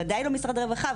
וודאי לא משרד הרווחה,